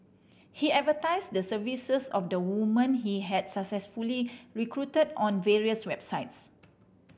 he advertised the services of the women he had successfully recruited on various websites